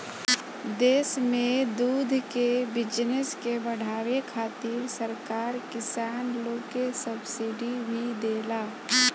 देश में दूध के बिजनस के बाढ़ावे खातिर सरकार किसान लोग के सब्सिडी भी देला